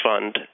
fund